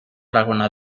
laguna